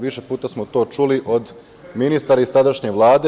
Više puta smo to čuli od ministara iz tadašnje Vlade.